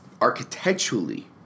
architecturally